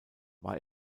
war